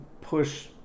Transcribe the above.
push